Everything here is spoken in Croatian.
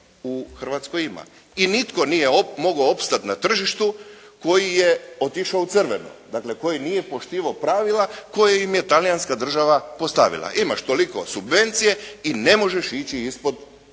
u Hrvatskoj ima i nitko nije mogao opstati na tržištu koji je otišao u crveno, dakle koji nije poštivao pravila koje im je Talijanska država postavila. Imaš toliko subvencije i ne možeš ići ispod toga.